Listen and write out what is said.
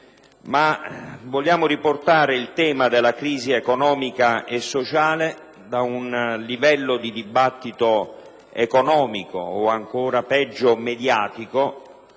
Vogliamo riportare il tema della crisi economica e sociale dal livello del dibattito economico, o ancora peggio mediatico,